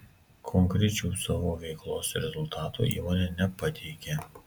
konkrečių savo veiklos rezultatų įmonė nepateikė